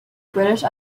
british